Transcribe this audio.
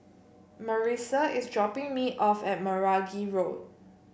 Marissa is dropping me off at Meragi Road